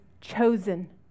chosen